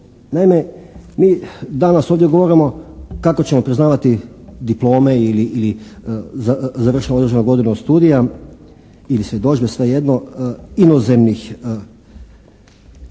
Naime mi danas ovdje govorimo kako ćemo priznavati diplome ili završenu određenu godinu studija ili svjedodžbe svejedno inozemnih